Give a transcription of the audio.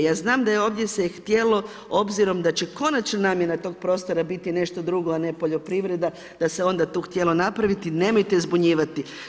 Ja znam da se je ovdje htjelo obzirom da će konačna namjena tog prostora biti nešto drugo, a ne poljoprivreda da se onda tu htjelo napraviti, nemojte zbunjivati.